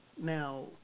Now